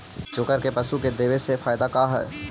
चोकर के पशु के देबौ से फायदा का है?